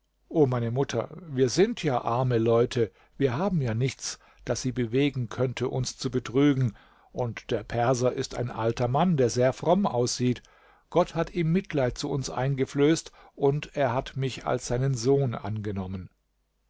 o meine mutter wir sind ja arme leute wir haben ja nichts das sie bewegen könnte uns zu betrügen und der perser ist ein alter mann der sehr fromm aussieht gott hat ihm mitleid zu uns eingeflößt und er hat mich als seinen sohn angenommen